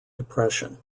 depression